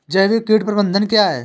जैविक कीट प्रबंधन क्या है?